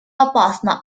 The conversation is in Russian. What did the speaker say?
опасно